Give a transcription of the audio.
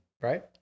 right